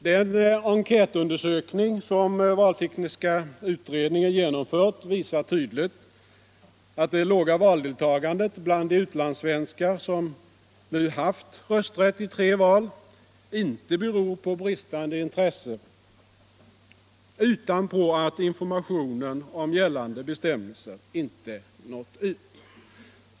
Den enkätundersökning som valtekniska utredningen genomfört visar tydligt, att det låga valdeltagandet bland de utlandssvenskar som nu haft rösträtt i tre val inte beror på bristande intresse utan på att informationen om gällande bestämmelser inte nått ut.